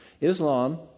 Islam